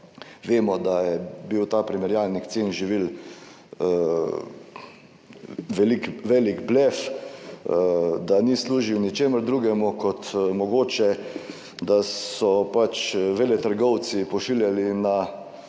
Vemo, da je bil ta primerjalnik cen živil velik, velik blef, da ni služil ničemur drugemu kot mogoče, da so pač veletrgovci pošiljali v